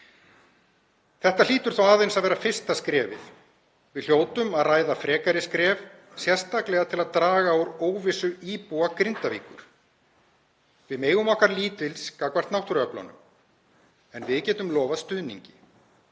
Þetta hlýtur þó aðeins að vera fyrsta skrefið. Við hljótum að ræða frekari skref, sérstaklega til að draga úr óvissu íbúa Grindavíkur. Við megum okkar lítils gagnvart náttúruöflunum en við getum lofað stuðningi,